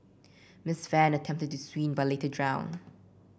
Miss Fan attempted to swim but later drowned